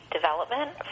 Development